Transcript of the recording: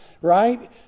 right